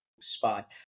spot